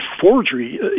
forgery